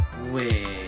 wait